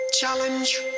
challenge